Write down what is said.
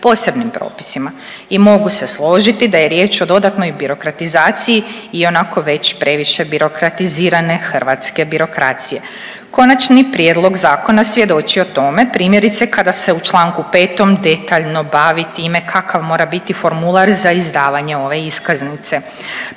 posebnim propisima. I mogu se složiti da je riječ o dodatnoj birokratizaciji ionako već previše birokratizirane hrvatske birokracije. Konačni prijedlog zakona svjedoči o tome primjerice kada se u Članku 5. detaljno bavi time kakav mora biti formular za izdavanje ove iskaznice.